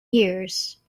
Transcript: years